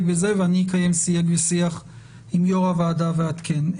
בזה ואני אקיים שיג ושיח עם יו"ר הוועדה ואעדכן.